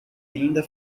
linda